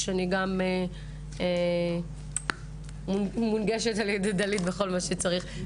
וגם אני מונגשת על ידי דלית בכל מה שצריך.